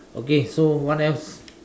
okay so what else